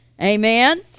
Amen